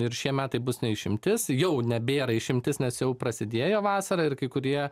ir šie metai bus ne išimtis jau nebėra išimtis nes jau prasidėjo vasara ir kai kurie